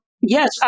yes